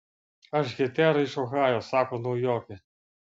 aš hetera iš ohajo sako naujokė